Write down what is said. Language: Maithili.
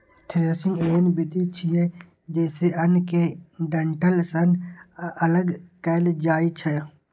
थ्रेसिंग एहन विधि छियै, जइसे अन्न कें डंठल सं अगल कैल जाए छै